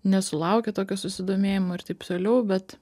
nesulaukia tokio susidomėjimo ir taip toliau bet